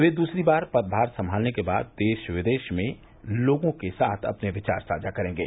वे दूसरी बार पदभार संभालने के बाद देश विदेश में लोगों के साथ अपने विचार साझा करेंगे